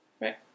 Right